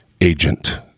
agent